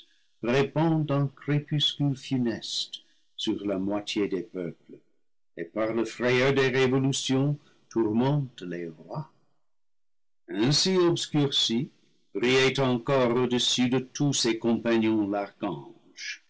crépuscule funeste sur la moitié des peuples et par la frayeur des révolutions tourmente les rois ainsi obscurci brillait encore audessus de tous ses compagnons